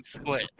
split